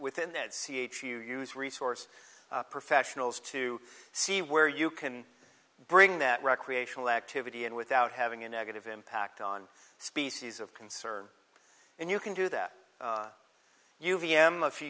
within that c h you use resource professionals to see where you can bring that recreational activity in without having a negative impact on species of concern and you can do that